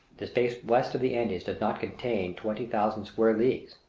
the space west of the andes does not contain twenty thousand square leagues,